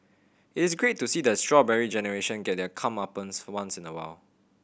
it is great to see the Strawberry Generation get their comeuppance once in a while